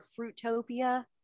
Fruitopia